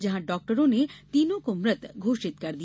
जहां डॉक्टरों ने तीनों को मृत घोषित कर दिया